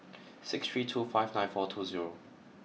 six three two five nine four two zero